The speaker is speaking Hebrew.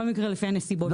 כל מקרה לפי הנסיבות שלו.